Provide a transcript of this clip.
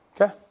Okay